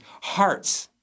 Hearts